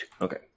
Okay